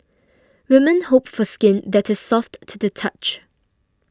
women hope for skin that is soft to the touch